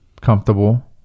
comfortable